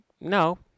no